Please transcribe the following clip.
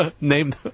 Name